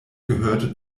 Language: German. gehörte